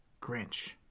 Grinch